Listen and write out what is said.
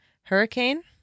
Hurricane